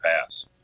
pass